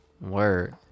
Word